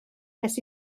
nes